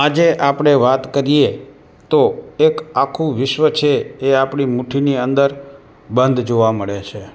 આજે આપણે વાત કરીએ તો એક આખું વિશ્વ છે એ આપણી મુઠ્ઠીની અંદર બંધ જોવા મળે છે